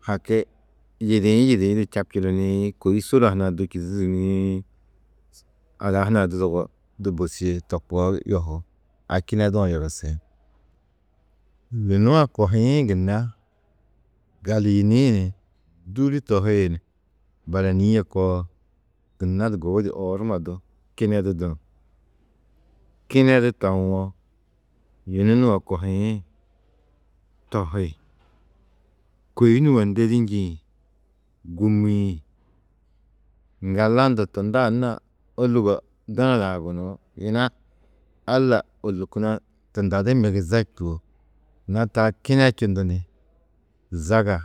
Haki yidiĩ yidiĩ di čabčunu ni kôi sula hunã du čûdudu ni ada du zogo du bosîe to koo yohú. A kinedu-ã yohi. Yunu a kohiĩ gunna galiyini ni dûli tohi ni baranîe koo, gunna du gubudi oor numa du kinedu dunu. Kinedu tawo, yunu nuũ a kohiĩ tohi, kôi nuũ a ndedî njîĩ gûmiĩ, ŋga landu tunda anna ôlugo dunada-ã gunú, yina Alla ôlukuna tunda du migiza čûo, yina taa kinečundu ni zaga